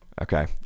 Okay